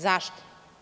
Zašto?